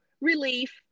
relief